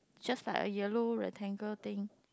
just like a yellow rectangle thing